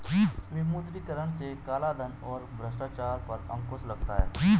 विमुद्रीकरण से कालाधन और भ्रष्टाचार पर अंकुश लगता हैं